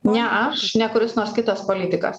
ne aš ne kuris nors kitas politikas